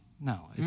No